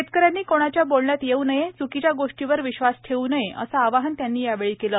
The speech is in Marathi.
शेतकऱ्यांनी कोणाच्या बोलण्यात येऊ नये च्कीच्या गोष्टींवर विश्वास ठेवू नये असं आवाहन त्यांनी केलं